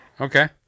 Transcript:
Okay